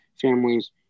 families